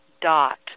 dot